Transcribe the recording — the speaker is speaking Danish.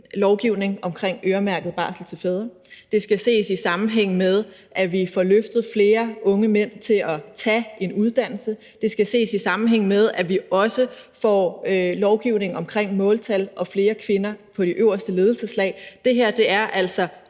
lovgivning omkring øremærket barsel til fædre; det skal ses i sammenhæng med, at vi får løftet flere unge mænd med hensyn til at tage en uddannelse; det skal ses i sammenhæng med, at vi også får lovgivning omkring måltal og flere kvinder på de øverste ledelseslag. Det her er altså